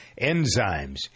Enzymes